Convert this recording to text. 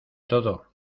todo